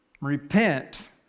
repent